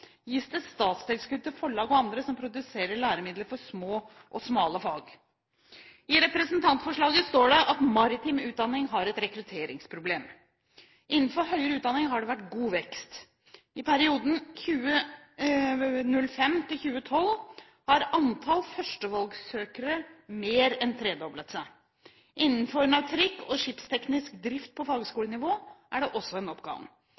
gis det statstilskudd til forlag og andre som produserer læremidler for små og smale fag. I representantforslaget står det at maritim utdanning har et rekrutteringsproblem. Innenfor høyere utdanning har det vært god vekst. I perioden 2005–2012 har antallet førstevalgsøkere mer enn tredoblet seg. Innenfor nautikk og skipsteknisk drift på fagskolenivå er det også en